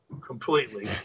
completely